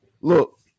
Look